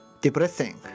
depressing